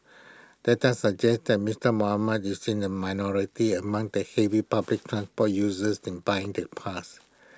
data suggest that Mister Muhammad is in the minority among the heavy public transport users in buying the pass